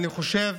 אני חושב